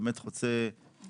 זה באמת חוצה מפלגות.